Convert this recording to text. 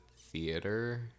theater